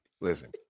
listen